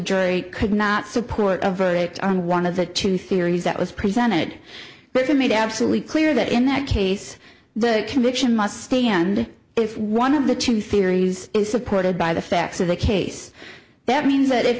jury could not support of verdict on one of the two theories that was presented but it made absolutely clear that in that case the conviction must stand if one of the two theories is supported by the facts of the case that means that if